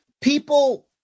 People